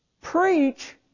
Preach